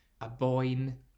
Aboyne